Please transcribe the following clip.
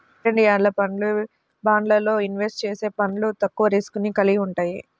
dividend yield ఫండ్లు, బాండ్లల్లో invest చేసే ఫండ్లు తక్కువ రిస్క్ ని కలిగి వుంటయ్యి